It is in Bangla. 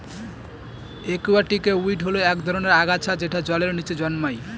একুয়াটিকে উইড হল এক ধরনের আগাছা যেটা জলের নীচে জন্মায়